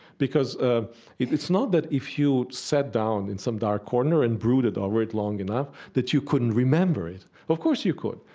because ah it's not that if you sat down in some dark corner and brooded over it long enough that you couldn't remember it. of course you could.